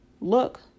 look